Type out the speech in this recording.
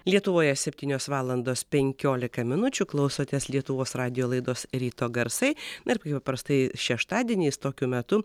lietuvoje septynios valandos penkiolika minučių klausotės lietuvos radijo laidos ryto garsai na ir kaip paprastai šeštadieniais tokiu metu